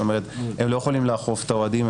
הם לא יכולים לאכוף את האוהדים,